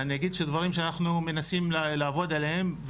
אני אגיד שדברים שאנחנו מנסים לעבוד עליהם,